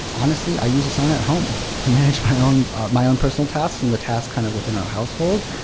honestly, i use asana at home to manage my own my own personal tasks and the tasks kind of within our household.